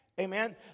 Amen